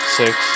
six